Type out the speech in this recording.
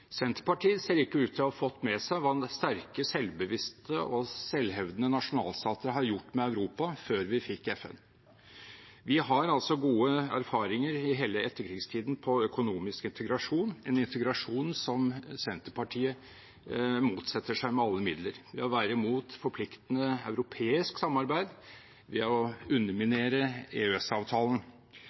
Senterpartiet ser ikke ut til å ha fått med seg hva sterke, selvbevisste og selvhevdende nasjonalstater har gjort med Europa før vi fikk FN. Vi har altså gode erfaringer i hele etterkrigstiden på økonomisk integrasjon, en integrasjon som Senterpartiet motsetter seg med alle midler ved å være mot forpliktende europeisk samarbeid, ved å underminere